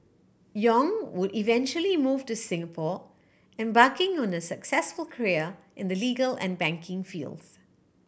Yong would eventually move to Singapore embarking on a successful career in the legal and banking fields